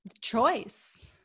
choice